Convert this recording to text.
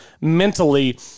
mentally